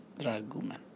Dragoman